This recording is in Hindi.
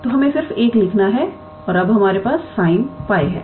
तो हमें सिर्फ 1 लिखना है और अब हमारे पास sin 𝜋 है